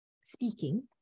speaking